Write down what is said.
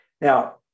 Now